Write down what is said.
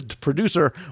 producer